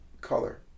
color